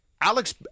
Alex –